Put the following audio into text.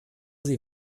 sie